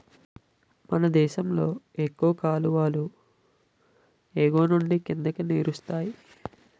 మనదేశంలో ఎక్కువ కాలువలు ఎగువనుండి కిందకి నీరిస్తాయి